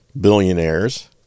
billionaires